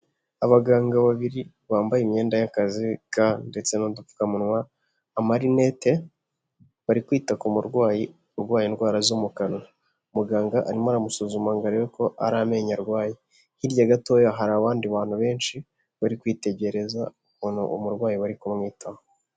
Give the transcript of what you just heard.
Abaganga babiri bambaye imyenda y'akazi ndetse n'udupfukamunwa, ama runette, bari kwita ku murwayi urwaye indwara zo mu kanwa, muganga arimo aramusuzuma ngo arebe ko ari amenyo arwaye. Hirya gatoya hari abandi bantu benshi bari kwitegereza ukuntu umurwayi bari kumwitaho.